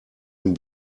den